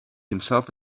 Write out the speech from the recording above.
himself